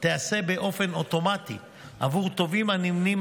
תיעשה באופן אוטומטי עבור תובעים הנמנים